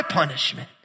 punishment